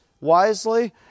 wisely